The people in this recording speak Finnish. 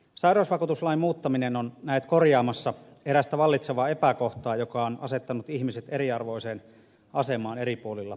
sairausvakuutuslain muuttaminen on näet korjaamassa erästä vallitsevaa epäkohtaa joka on asettanut ihmiset eriarvoiseen asemaan eri puolilla suomea